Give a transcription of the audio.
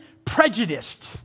prejudiced